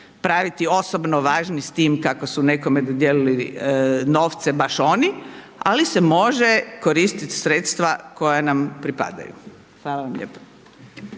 praviti osobno važni kako su nekome dodijelili novce baš oni, ali se može koristit sredstva koja nam pripadaju. Hvala vam lijepo.